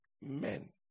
men